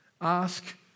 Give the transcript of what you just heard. Ask